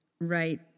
right